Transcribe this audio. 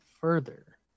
further